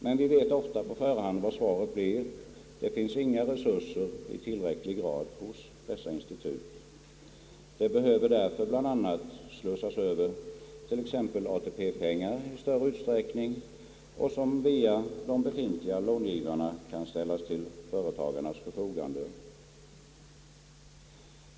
Men vi vet ofta på förhand vad svaret blir — det finns inga resurser i tillräcklig grad hos dessa institut. Det behöver därför bl.a. slussas över t.ex. ATP pengar i större utsträckning för att via de befintliga långivarna ställas till företagarnas förfogande.